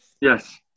Yes